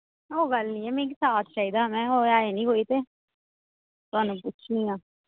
ओह् गल्ल निं ऐ मिगी साथ चाहिदा ऐ होर ऐ निं कोई ते थुहानूं पुच्छनी आं